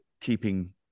keeping